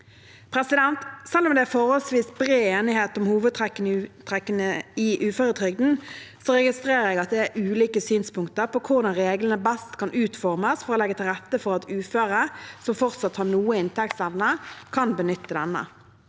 nå. Selv om det er forholdsvis bred enighet om hovedtrekkene i uføretrygden, registrerer jeg at det er ulike synspunkter på hvordan reglene best kan utformes for å legge til rette for at uføre som fortsatt har noe inntektsevne, kan benytte denne.